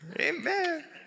amen